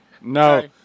No